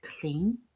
clean